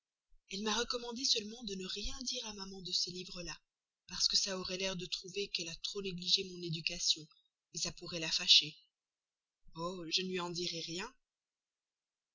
elle m'a recommandé seulement de ne rien dire à maman de ces livres là parce que ça aurait l'air de trouver qu'elle a trop négligé mon éducation ça pourrait la fâcher oh je ne lui en dirai rien